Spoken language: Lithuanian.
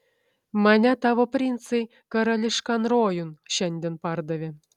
mane tavo princai karališkan rojun šiandien pardavė